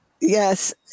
Yes